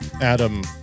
Adam